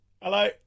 Hello